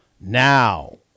now